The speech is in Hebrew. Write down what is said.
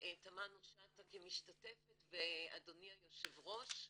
תמנו שטה כמשתתפת ואדוני היושב ראש,